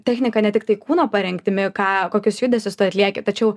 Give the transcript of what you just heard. technika ne tiktai kūno parengtimi ką kokius judesius atlieki tačiau